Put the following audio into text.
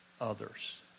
others